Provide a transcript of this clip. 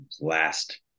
last